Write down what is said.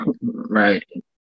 Right